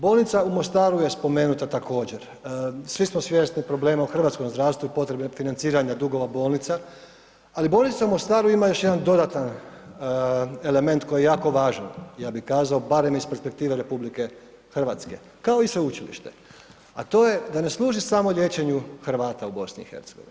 Bolnica u Mostaru je spomenuta također, svi smo svjesni problema u hrvatskom zdravstvu i potrebe financiranja dugova bolnica, ali bolnica u Mostaru ima još jedan dodatan element koji je jako važan, ja bi kazao barem iz perspektive RH kao i sveučilište, a to je da ne služi samo liječenju Hrvata u BiH.